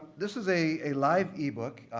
this is a live ebook.